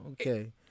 Okay